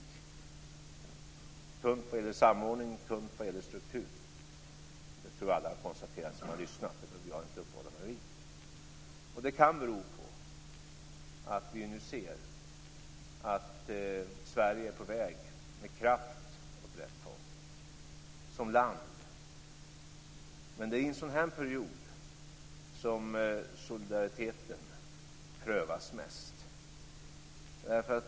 Det är tunt vad gäller samordning och struktur. Det tror jag att alla som har lyssnat har konstaterat. Det behöver inte jag uppehålla mig vid. Detta kan bero på att vi nu ser att Sverige, som land, med kraft är på väg åt rätt håll. Men det är i en sådan här period som solidariteten prövas mest.